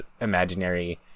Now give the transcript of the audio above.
imaginary